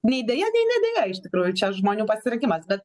nei deja nei ne deja iš tikrųjų čia žmonių pasirinkimas bet